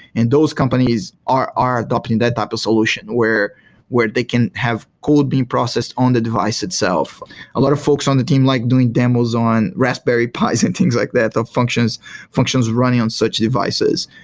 and those companies are are adopting that type of solution, where where they can have coding process on the device itself a lot of folks on the team like doing demos on raspberry pies and things like that, that functions functions running on such devices.